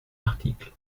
article